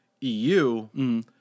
EU